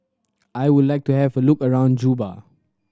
I would like to have a look around Juba